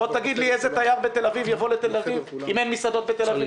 בוא תגיד לי איזה תייר יבוא לתל אביב אם אין מסעדות בתל אביב,